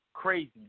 Crazy